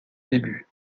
début